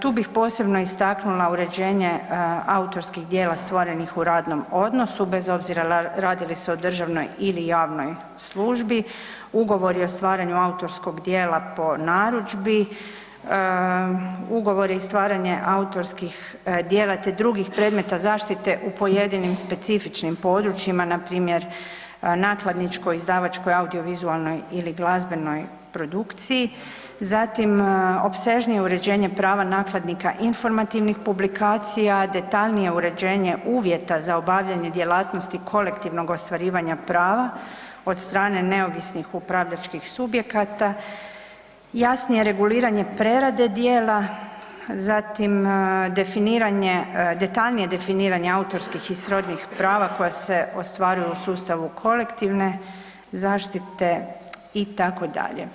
Tu bih posebno istaknula uređenje autorskih djela stvorenih u radnom odnosu bez obzira radi li se o državnoj ili javnoj službi, ugovori o stvaranju autorskog djela po narudžbi, ugovori i stvaranje autorskih djela te drugih predmeta zaštite u pojedinim specifičnim područjima, npr. nakladničkoj, izdavačkoj, audiovizualnoj ili glazbenoj produkciji, zatim opsežnije uređenje prava nakladnika informativnih publikacija, detaljnije uređenje uvjeta za obavljanje djelatnosti kolektivnog ostvarivanja prava od strane neovisnih upravljačkih subjekata, jasnije reguliranje prerade djela, zatim detaljnije definiranje autorskih i srodnih prava koja se ostvaruju u sustavu kolektivne zaštite itd.